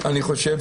אני חושב,